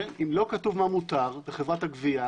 אם לא כתוב מה מותר לחברת הגבייה,